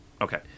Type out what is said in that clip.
Okay